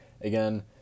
Again